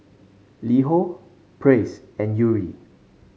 LiHo Praise and Yuri